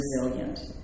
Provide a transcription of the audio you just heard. resilient